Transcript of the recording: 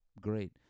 great